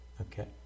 Okay